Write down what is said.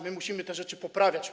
My musimy te rzeczy poprawiać.